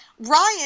Ryan